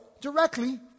directly